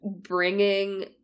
bringing